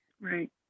Right